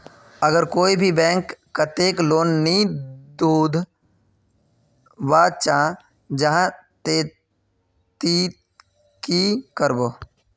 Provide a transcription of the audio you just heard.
अगर कोई भी बैंक कतेक लोन नी दूध बा चाँ जाहा ते ती की करबो?